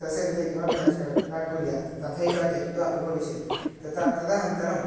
तस्य कृते किमपि न का न कुर्यात् तथैव त्यक्त्वा उपविशेत् तदा तदनन्तरम्